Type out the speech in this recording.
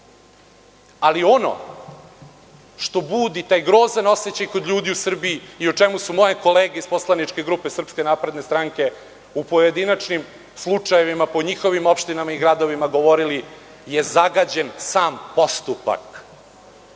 ali ono što budi taj grozan osećaj kod ljudi u Srbiji i o čemu su moje kolege iz poslaničke grupe SNS u pojedinačnim slučajevima, po njihovim opštinama i gradovima govorili je zagađen sam postupak.